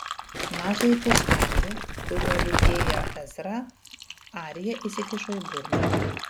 mažąjį pirštelį kuriuo lytėjo ezrą arija įsikišo į burną